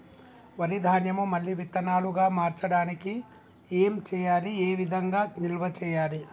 వరి ధాన్యము మళ్ళీ విత్తనాలు గా మార్చడానికి ఏం చేయాలి ఏ విధంగా నిల్వ చేయాలి?